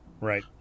right